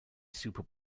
super